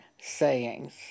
sayings